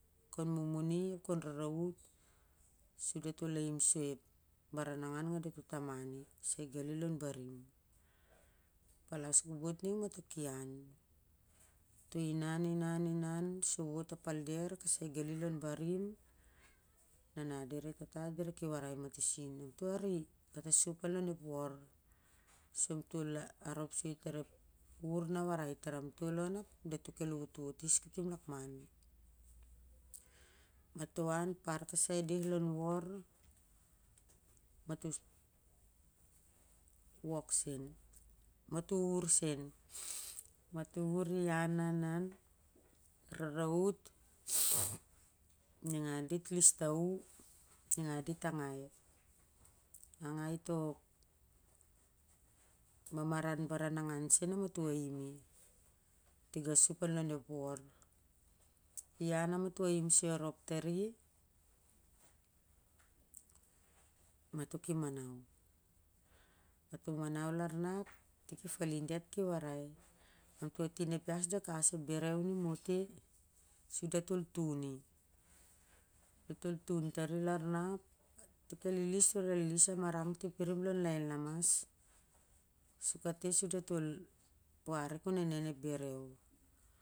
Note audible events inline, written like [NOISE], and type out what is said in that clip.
Kon mu mu ap kon rarawat so da to ahim soi ep barah angan nga tato tamani sai gali lon barim. Palas kobot ning ma to kian ma to inan, inan, inan sowot a palder ka sai gali lon barim nana dira e tata dira ki warai ma to sin am to ari katasup long ep wor sur am tol arep soi tar ep wawar na warai tar am tol on ap da to kelwot wot is katon lakman. Ma to ang par kasai adeh lon wor wok sen ma to wur sen [NOISE] ma to wurwur ian an ma to rarawut [NOISE] niang dit lis tawu niang dit tahai to mamaran baranangn sen na ma to aim i tasup lon ep wor ian na ma to aim soi arop tari ma to kimaraw ma to manaw lar na ap tik ep falin diat kiwarai lam to atin ep hiah su de i kawas ep berew ni not ih su da tol tun i da to tun tari lar na ap da tol lili sur el lis a marang ti pirim lon laienlamas su ka te su da tol puari kon nenen ep berew.